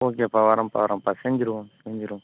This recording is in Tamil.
ஓகேப்பா வர்றேம்ப்பா வர்றேம்ப்பா செஞ்சிடுவோம் செஞ்சிடுவோம்